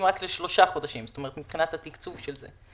רק לשלושה חודשים מבחינת התקצוב של זה.